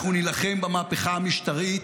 אנחנו נילחם במהפכה המשטרית,